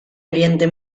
oriente